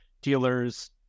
dealers